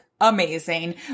amazing